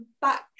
back